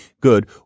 good